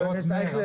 דירות נ"ר אני